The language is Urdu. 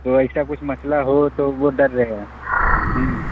تو ایسا کچھ مسئلہ ہو تو وہ ڈر رہے ہیں